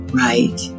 right